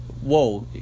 whoa